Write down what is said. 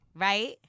Right